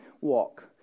walk